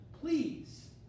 Please